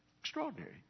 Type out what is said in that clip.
Extraordinary